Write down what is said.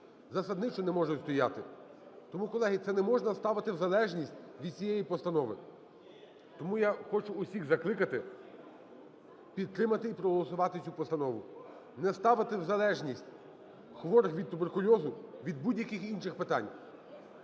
Засадничо не можуть стояти. Тому, колеги, це не можна ставити в залежність від цієї постанови. Тому я хочу всіх закликати підтримати і проголосувати цю постанову. Не ставити в залежність хворих від туберкульозу від будь-яких інших питань.